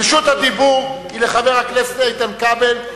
ורשות הדיבור היא לחבר הכנסת איתן כבל,